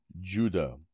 Judah